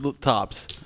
tops